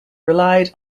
relied